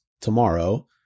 tomorrow